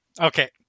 Okay